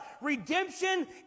Redemption